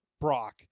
Brock